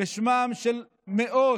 בשמם של מאות,